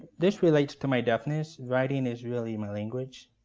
this relates to my deafness. writing is really my language.